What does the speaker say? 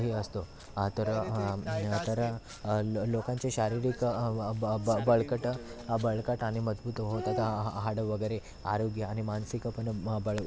हे असतो तर तर लोकांचे शारीरिक बळकट बळकट आणि मजबूत होतात हां हा हाडं वगैरे आरोग्य आणि मानसिक पण बळ